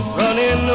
running